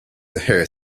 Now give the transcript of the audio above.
hair